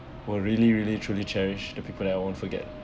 were really really truly cherish the people that I won't forget